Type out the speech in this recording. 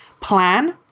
plan